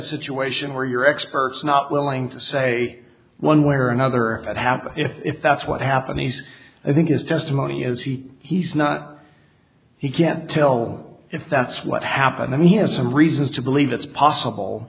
situation where you're experts not willing to say one way or another but have if that's what happened i think his testimony is he he's not he can't tell if that's what happened and he has some reasons to believe it's possible